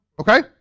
Okay